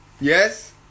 Yes